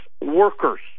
workers